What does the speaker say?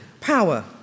power